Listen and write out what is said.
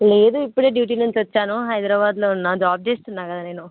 లేదు ఇప్పుడే డ్యూటీ నుంచి వచ్చాను హైదరాబాద్లో ఉన్న జాబ్ చేస్తున్న కదా నేను